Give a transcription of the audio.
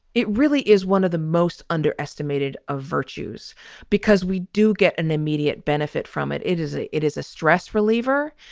it really is one of the most underestimated of virtues because we do get an immediate benefit from it. it is it it is a stress reliever.